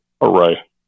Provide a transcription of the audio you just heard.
array